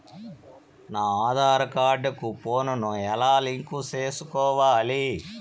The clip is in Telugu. నా ఆధార్ కార్డు కు ఫోను ను ఎలా లింకు సేసుకోవాలి?